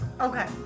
Okay